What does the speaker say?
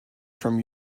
from